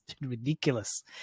ridiculous